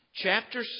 Chapter